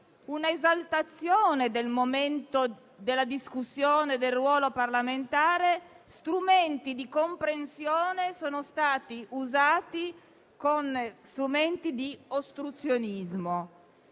un'esaltazione del momento della discussione e del ruolo parlamentare, degli strumenti di comprensione, sono state spesso usate come strumenti di ostruzionismo.